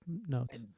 notes